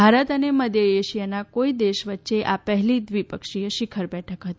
ભારત અને મધ્ય એશિયાના કોઇ દેશ વચ્યે આ પહેલી દ્વિપક્ષીય શિખર બેઠક હતી